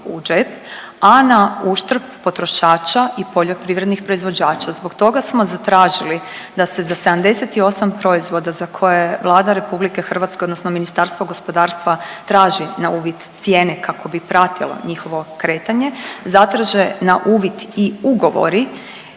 džep, a na uštrb potrošača i poljoprivrednih proizvođača. Zbog toga smo zatražili da se za 78 proizvoda za koje Vlada RH odnosno Ministarstvo gospodarstva traži na uvid cijene kako bi pratila njihovo kretanje zatraže na uvid i ugovori